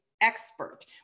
expert